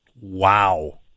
Wow